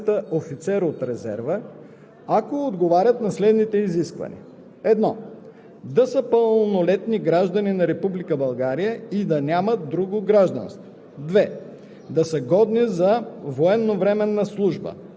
и тези с висше образование могат да кандидатстват във висше военно училище за придобиване на квалификация „Офицер от резерва“, ако отговарят на следните изисквания: 1.